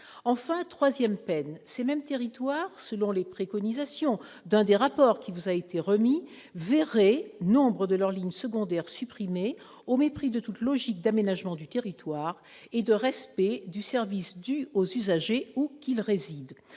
... Troisième peine : selon les préconisations d'un rapport qui vous a été remis, ces territoires verraient nombre de leurs lignes secondaires supprimées au mépris de toute logique d'aménagement du territoire et de respect du service dû aux usagers, où qu'ils résident,